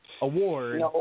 award